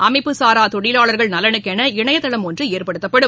அமைப்புசாரா தொழிலாளா்கள் நலனுக்கென இணையதளம் ஒன்று ஏற்படுத்தப்படும்